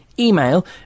Email